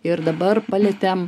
ir dabar palietėm